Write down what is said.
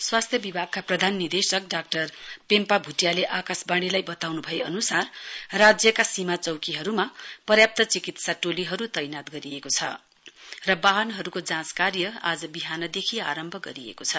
स्वास्थ्य विभागका प्रधान निदेशक डाक्टर पेम्पा भुटियाले आकाशवाणीलाई वताउनु भए अनुसार राज्यका सीमा चौकीहरुमा पर्याप्त चिकित्सा टोलीहरु तैनात गरिएको छ र वाहनहरुको जाँच कार्य आज विहानदेखि आरम्भ गरिएको छ